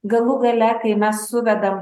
galų gale kai mes suvedam